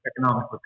economic